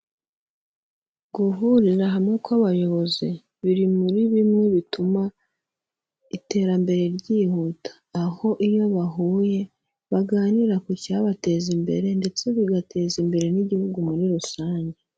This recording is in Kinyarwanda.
Guhurira hamwe kw'abayobozi biri muri bimwe bituma iterambere ryihuta, aho iyo bahuye baganira ku cyabateza imbere ndetse bigateza imbere n'igihugu muri rusange.